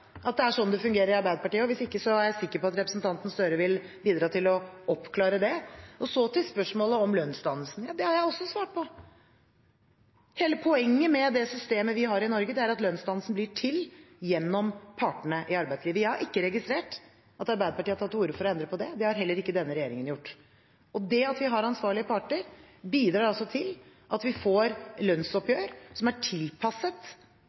antar det er sånn det fungerer i Arbeiderpartiet også. Hvis ikke er jeg sikker på at representanten Gahr Støre vil bidra til å oppklare det. Så til spørsmålet om lønnsdannelsen: Det har jeg også svart på. Hele poenget med det systemet vi har i Norge, er at lønnsdannelsen blir til gjennom partene i arbeidslivet. Jeg har ikke registrert at Arbeiderpartiet har tatt til orde for å endre på det, og det har heller ikke denne regjeringen gjort. Det at vi har ansvarlige parter, bidrar til at vi får lønnsoppgjør som er tilpasset